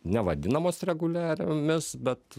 nevadinamos reguliariomis bet